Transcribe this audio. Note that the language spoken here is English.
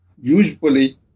Usually